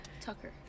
Tucker